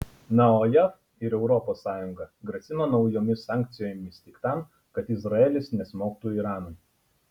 na o jav ir europos sąjunga grasina naujomis sankcijomis tik tam kad izraelis nesmogtų iranui